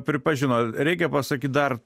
pripažino reikia pasakyt dar